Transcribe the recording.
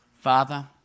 Father